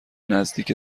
نزدیک